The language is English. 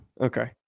Okay